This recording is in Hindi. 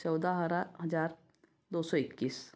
चौदह हरा हजार दो सौ इक्कीस